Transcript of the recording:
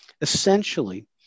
Essentially